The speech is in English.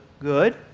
good